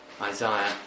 Isaiah